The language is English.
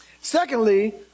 Secondly